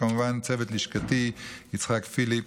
וכמובן לצוות לשכתי יצחק פיליפ